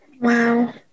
Wow